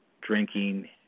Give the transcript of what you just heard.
drinking